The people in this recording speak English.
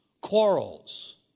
quarrels